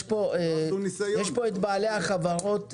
יש פה את בעלי החברות,